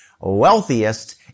wealthiest